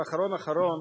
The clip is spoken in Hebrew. אבל האחרון האחרון,